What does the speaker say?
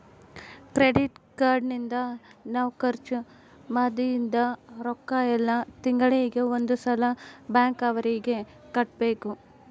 credit card ನಿಂದ ನಾವ್ ಖರ್ಚ ಮದಿದ್ದ್ ರೊಕ್ಕ ಯೆಲ್ಲ ತಿಂಗಳಿಗೆ ಒಂದ್ ಸಲ ಬ್ಯಾಂಕ್ ಅವರಿಗೆ ಕಟ್ಬೆಕು